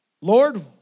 Lord